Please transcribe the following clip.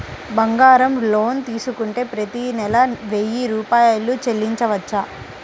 బంగారం లోన్ తీసుకుంటే ప్రతి నెల వెయ్యి రూపాయలు చెల్లించవచ్చా?